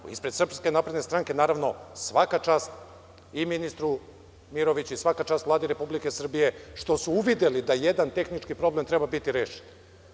Ispred SNS naravno, svaka čast i ministru Miroviću, svaka čast Vladi Republike Srbije što su uvideli da jedan tehnički problem treba biti rešen.